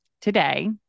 today